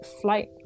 flight